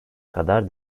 kadar